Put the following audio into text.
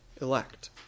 elect